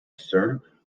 sir